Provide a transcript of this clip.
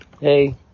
Hey